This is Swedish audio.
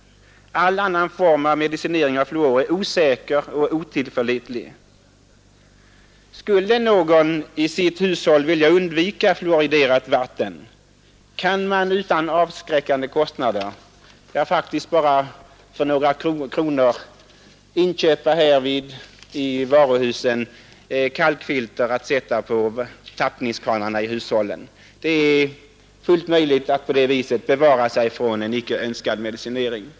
All annan medicinering med fluor är osäker och otillförlitlig. Skulle någon i sitt hushåll vilja undvika fluoriderat vatten kan han utan avskräckande kostnader — faktiskt för bara några få kronor — i varuhusen inköpa ett kalkfilter att sätta på tappningskranarna i hushållet. Det är fullt möjligt att på det viset bevara sig från en icke önskad medicinering.